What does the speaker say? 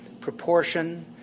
proportion